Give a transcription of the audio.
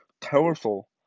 powerful